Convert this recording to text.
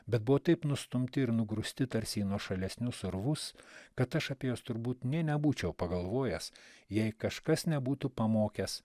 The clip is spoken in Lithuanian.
bet buvo taip nustumti ir nugrūsti tarsi į nuošalesnius urvus kad aš apie juos turbūt nė nebūčiau pagalvojęs jei kažkas nebūtų pamokęs